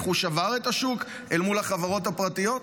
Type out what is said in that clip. איך הוא שבר את השוק אל מול החברות הפרטיות?